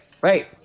Right